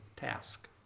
task